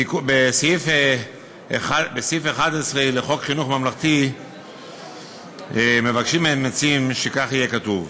בסעיף 11 לחוק חינוך ממלכתי מבקשים המציעים שיהיה כתוב: